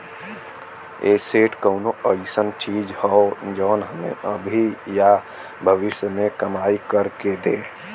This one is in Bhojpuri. एसेट कउनो अइसन चीज हौ जौन हमें अभी या भविष्य में कमाई कर के दे